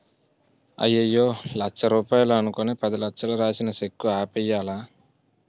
అయ్యయ్యో లచ్చ రూపాయలు అనుకుని పదిలచ్చలు రాసిన సెక్కు ఆపేయ్యాలా